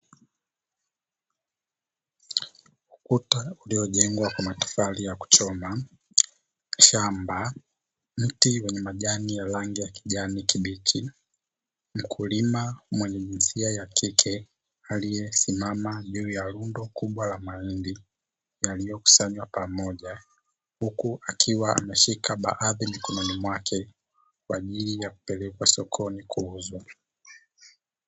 Ukuta uliojengwa kwa matofali ya kuchoma, shamba, mti wenye majani ya rangi ya kijani kibichi, mkulima mwenye jinsia ya kike aliyesimama juu ya rundo kubwa la mahindi yaliyokusanywa pamoja, huku akiwa ameshika baadhi mikononi mwake kwa ajili ya kupelekwa sokoni kuuzwa.